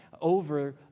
over